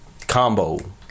Combo